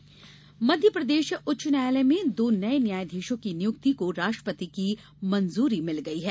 न्यायाधीश नियुक्ति मध्यप्रदेश उच्चन्यायालय में दो नए न्यायधीशों की नियुक्ति को राष्ट्रपति की मंजूरी मिल गई है